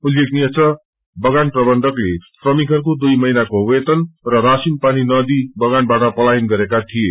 उल्लेखनीय छ बगान प्रबन्धक श्रमिकहरूको दुई महिनाको वेतन र राशिन पान नदिई बगानबाट पलयन गरेका ीिए